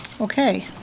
Okay